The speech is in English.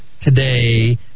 today